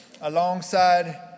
alongside